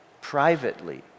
Privately